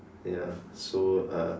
ya so uh